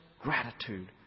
Gratitude